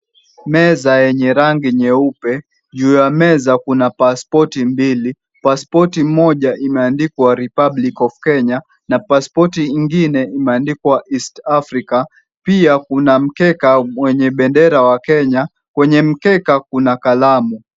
Meza yenye rangi nyeupe, juu ya meza kuna pasipoti mbili, pasipoti moja imeandikwa Republic of Kenya na paspioti nyingine imeandikwa East Africa, pia kuna mkeka wenye bendera ya Kenya. Kwenye mkeka kuna kalamu.